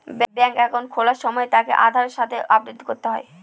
ব্যাঙ্কে একাউন্ট খোলার সময় তাকে আধারের সাথে আপডেট করতে হয়